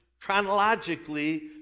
chronologically